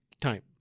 time